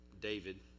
David